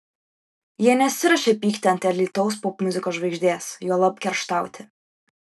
jie nesiruošia pykti ant alytaus popmuzikos žvaigždės juolab kerštauti